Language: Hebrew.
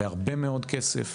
בהרבה מאוד כסף.